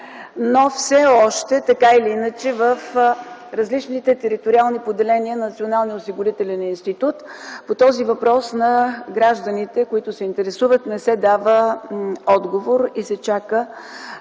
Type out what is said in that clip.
Но все още, така или иначе, в различните териториални поделения на Националния осигурителен институт по този въпрос на гражданите, които се интересуват, не се дава отговор и се чака